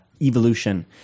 evolution